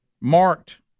marked